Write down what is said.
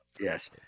Yes